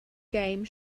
game